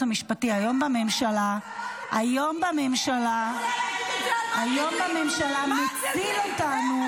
המשפטי היום בממשלה -- איך את יכולה להגיד את זה